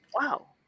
Wow